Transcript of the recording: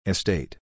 Estate